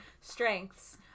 strengths